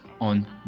on